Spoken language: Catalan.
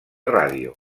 ràdio